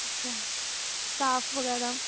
ਅੱਛਾ ਸਟਾਫ ਵਗੈਰਾ